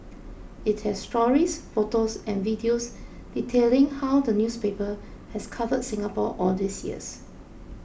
it has stories photos and videos detailing how the newspaper has covered Singapore all these years